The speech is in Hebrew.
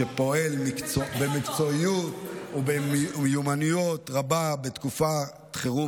שפועל במקצועיות ובמיומנות רבה בתקופת חירום